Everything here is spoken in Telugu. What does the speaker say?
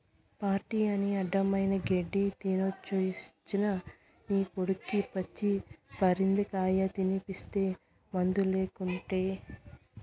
పార్టీ అని అడ్డమైన గెడ్డీ తినేసొచ్చిన నీ కొడుక్కి పచ్చి పరిందకాయ తినిపిస్తీ మందులేకుటే